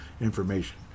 information